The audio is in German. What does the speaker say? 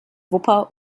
wupper